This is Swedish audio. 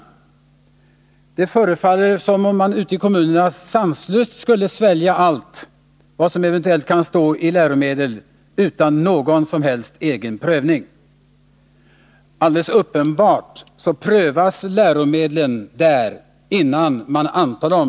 När man lyssnar till Raul Blächer får man uppfattningen att man i kommunerna sanslöst sväljer allt vad som eventuellt kan stå i läromedlen utan någon som helst egen prövning. Naturligtvis prövas läromedlen av kommunerna innan de antas som läromedel.